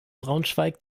braunschweig